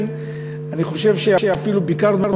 אני חושב שאפילו ביקרנו,